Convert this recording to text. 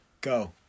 go